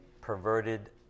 perverted